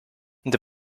the